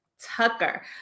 tucker